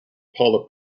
paul